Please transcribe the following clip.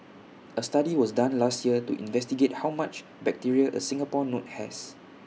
A study was done last year to investigate how much bacteria A Singapore note has